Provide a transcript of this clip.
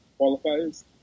qualifiers